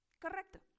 ¡Correcto